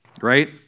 right